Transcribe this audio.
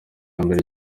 mbere